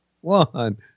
One